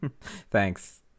Thanks